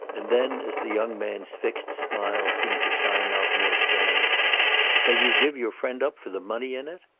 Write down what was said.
and then as the young man's fixed smile seemed to shine out more strange shall you give your friend up for the money in it?